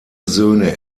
söhne